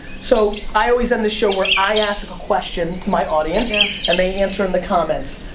so, i always end the show where i ask a question to my audience, and they answer in the comments.